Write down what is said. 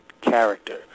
character